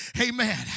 amen